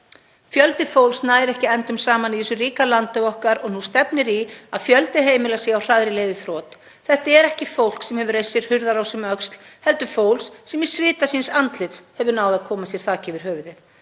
Fjöldi fólks nær ekki endum saman í þessu ríka landi okkar og nú stefnir í að fjöldi heimila sé á hraðri leið í þrot. Þetta er ekki fólk sem hefur reist sér hurðarás um öxl heldur fólks sem í sveita síns andlits hefur náð að koma sér þaki yfir höfuðið.